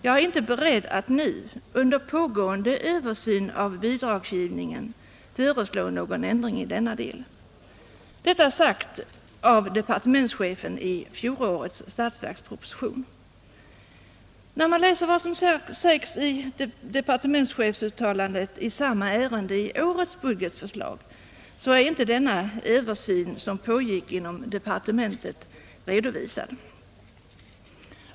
Jag är inte beredd att nu — under pågående översyn av bidragsgivningen — föreslå någon ändring i denna del.” Detta alltså sagt av departementschefen i fjolårets statsverksproposition. I departementschefsuttalandet i samma ärende i årets budgetförslag är inte den översyn som pågick inom departementet redovisad.